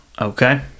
okay